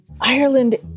Ireland